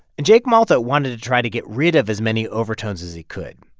and jake malta wanted to try to get rid of as many overtones as he could.